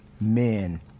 men